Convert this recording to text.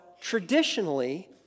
traditionally